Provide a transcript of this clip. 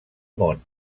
món